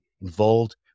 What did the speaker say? involved